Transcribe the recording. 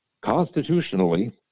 Constitutionally